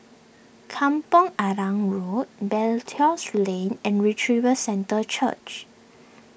Kampong Arang Road Belilios Lane and Revival Centre Church